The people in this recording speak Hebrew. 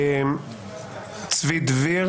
צבי דביר